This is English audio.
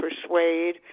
persuade